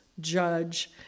judge